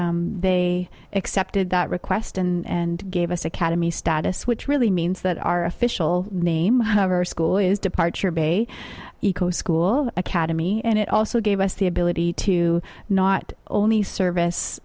and they accepted that request and gave us academy status which really means that our official name however school is departure bay eco school academy and it also gave us the ability to not only service